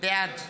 בעד